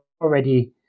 already